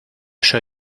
show